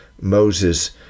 Moses